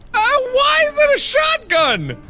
why is it a shotgun!